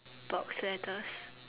boxed letters